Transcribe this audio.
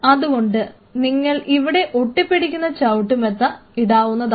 അതുകൊണ്ട് നിങ്ങൾക്ക് ഇവിടെ ഒട്ടിപ്പിടിക്കുന്ന ചവിട്ടുമെത്ത ഇടാവുന്നതാണ്